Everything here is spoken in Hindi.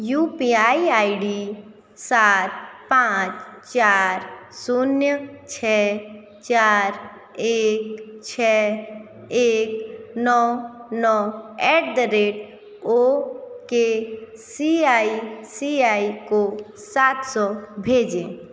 you P I I D सात पाँच चार शून्य छः चार एक छः एक नौ नौ at the rate okay C I C I को सात सौ भेजें